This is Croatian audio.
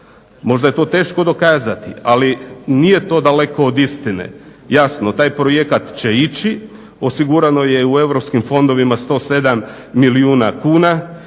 Možda je to teško dokazati, ali nije to daleko od istine, jasno taj projekat će ići. Osigurano je u europskim fondovima 107 milijuna kuna